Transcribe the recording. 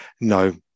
no